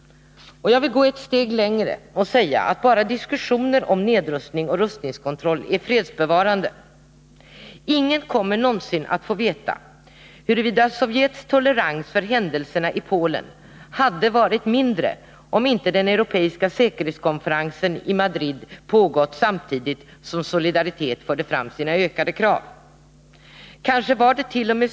Men jag vill gå ett steg längre och säga att bara diskussioner om nedrustning och rustningskontroll är fredsbevarande. Ingen kommer någonsin att få veta huruvida Sovjets tolerans när det gäller händelserna i Polen hade varit mindre, om inte den europeiska säkerhetskonferensen i Madrid pågått samtidigt som Solidaritet förde fram sina ökade krav. Kanske var dett.o.m.